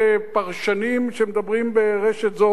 פרשנים שמדברים ברשת זו או אחרת.